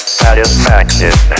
satisfaction